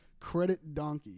Creditdonkey